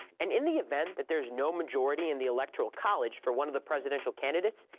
and in the event that there is no majority in the electoral college for one of the presidential candidates,